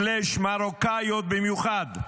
מרוקאיות במיוחד.